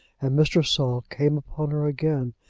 and mr. saul came upon her again,